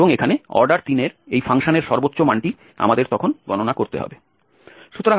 এবং এখানে অর্ডার 3 এর এই ফাংশনের সর্বোচ্চ মানটি আমাদের তখন গণনা করতে হবে